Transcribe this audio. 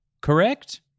correct